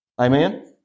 Amen